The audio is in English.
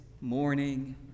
morning